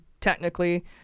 technically –